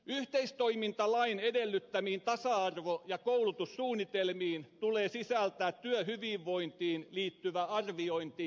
yhteistoimintalain edellyttämiin tasa arvo ja koulutussuunnitelmiin tulee sisällyttää työhyvinvointiin liittyvä arviointi ja kehittämistyö